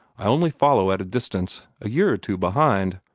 i only follow at a distance a year or two behind.